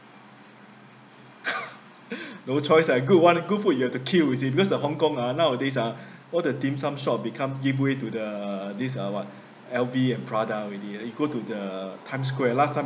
no choice ah good one good food you have to queue is it because the hong kong ah nowadays ah all the dim sum shop become give way to the these uh what L_V and prada already uh you go to the times square last time